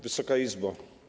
Wysoka Izbo!